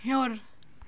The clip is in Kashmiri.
ہیوٚر